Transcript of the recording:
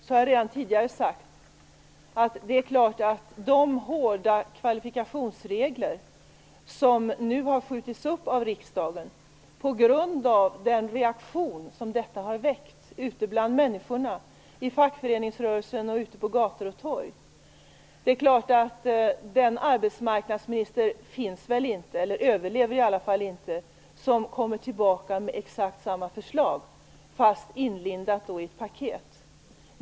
De hårda kvalifikationsreglerna i det gamla förslaget har nu skjutits upp av riksdagen på grund av den reaktion som de har väckt ute bland människorna i fackföreningsrörelsen och ute på gator och torg. Den arbetsmarknadsminister finns väl inte - överlever i alla fall inte - som kommer tillbaka med exakt samma förslag, fast då inlindat i ett paket.